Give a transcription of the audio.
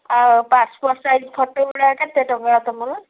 ଆଉ passport size photo ଗୁଡ଼ା କେତେ ଟଙ୍କା ତମର